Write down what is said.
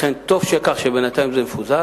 לכן, טוב שבינתיים זה מפוזר.